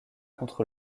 contre